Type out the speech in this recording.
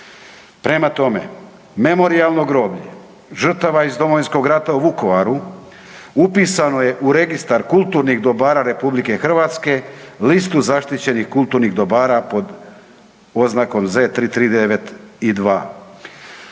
Prema tome, memorijalno groblje žrtava iz Domovinskog rata u Vukovaru upisano je u registar kulturnih dobara RH, listu zaštićenih kulturnih dobara pod oznakom Z339I2.